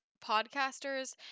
podcasters –